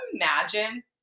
imagine